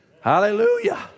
Hallelujah